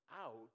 out